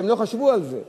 שהם לא חשבו על זה.